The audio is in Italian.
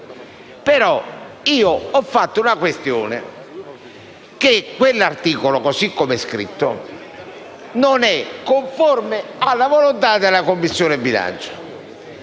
così. Io ho però rilevato che quell'articolo, così come scritto, non è conforme alla volontà della Commissione bilancio.